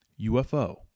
UFO